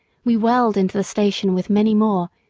we whirled into the station with many more,